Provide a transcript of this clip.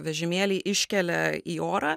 vežimėlį iškelia į orą